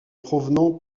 provenant